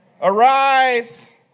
Arise